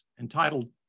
entitled